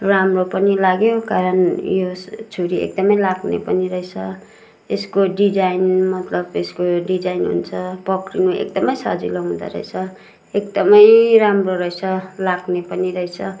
राम्रो पनि लाग्यो कारण यो छुरी एकदमै लाग्ने पनि रहेछ यसको डिजाइन मलतब यसको डिजाइन हुन्छ पक्रिनु एकदमै सजिलो हुदाँ रहेछ एकदमै राम्रो रहेछ लाग्ने पनि रहेछ